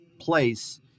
place